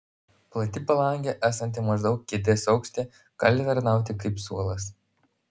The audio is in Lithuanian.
plati palangė esanti maždaug kėdės aukštyje gali tarnauti kaip suolas